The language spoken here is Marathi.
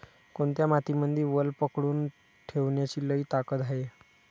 कोनत्या मातीमंदी वल पकडून ठेवण्याची लई ताकद हाये?